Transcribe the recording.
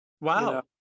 Wow